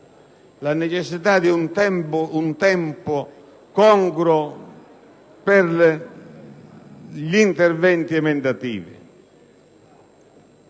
necessitava di un tempo congruo per gli interventi emendativi.